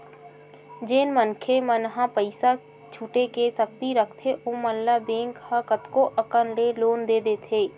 जेन मनखे मन ह पइसा छुटे के सक्ति रखथे ओमन ल बेंक ह कतको अकन ले लोन दे देथे